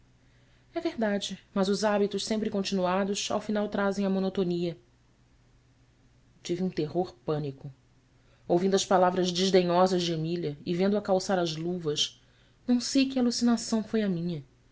é verdade mas os hábitos sempre continuados ao final trazem a monotonia tive um terror pânico ouvindo as palavras desdenhosas de emília e vendo-a calçar as luvas não sei que alucinação foi a minha